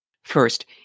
First